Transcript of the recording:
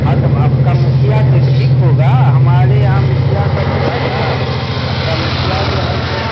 हाँ तो आपका मुखिया तो ठीक होगा हमारे यहाँ मुखिया सब जो है ना आपका मुखिया जो है सो